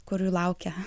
kur jų laukia